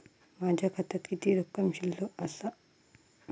माझ्या खात्यात किती रक्कम शिल्लक आसा?